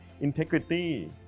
integrity